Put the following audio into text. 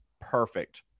perfect